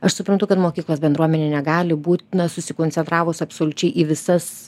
aš suprantu kad mokyklos bendruomenė negali būt susikoncentravus absoliučiai į visas